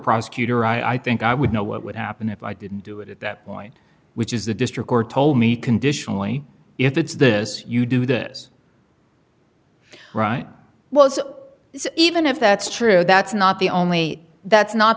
prosecutor i think i would know what would happen if i didn't do it at that point which is the district or told me conditionally if it's this you do this right well so even if that's true that's not the only that's not